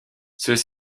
ceux